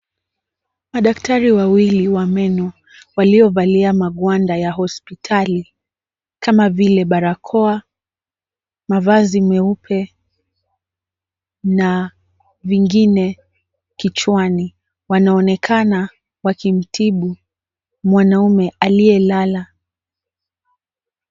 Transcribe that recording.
Madaktari wawili wa meno waliovalia magwanda ya hospitali kama vile barakoa, mavazi meupe na vingine kichwani. Wanaonekana wakimtibu mwanaume aliyelala.